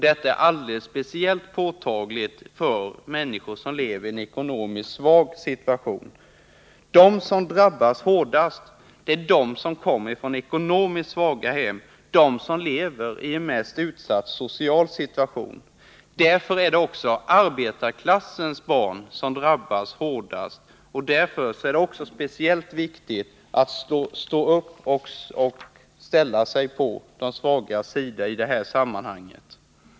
Detta är alldeles speciellt påtagligt för människor som lever i en ekonomiskt svag situation. De som drabbas hårdast är de som kommer från ekonomiskt svaga hem, de som lever i den mest utsatta social situationen. Därför är det arbetarklassens barn som drabbas hårdast. Därför är det också speciellt viktigt att stå upp och ställa sig på de svagas sida i det här sammanhanget.